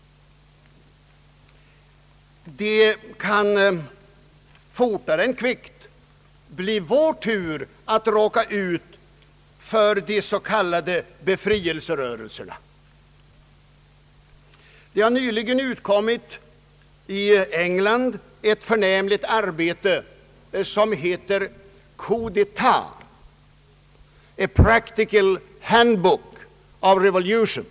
Det kan fortare än kvickt bli vår tur att råka ut för de s.k. befrielserörelserna. Nyligen har i England utkommit ett förnämligt arbete, som heter Coup détat — A practical handbook of revolution.